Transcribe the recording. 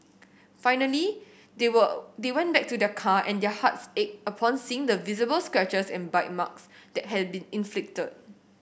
finally they were they went back to their car and hearts ached upon seeing the visible scratches and bite marks that had been inflicted